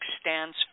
stands